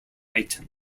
item